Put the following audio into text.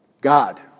God